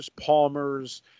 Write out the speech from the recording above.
Palmers